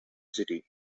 city